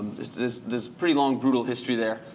there's there's pretty long, brutal history there.